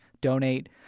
donate